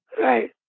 Right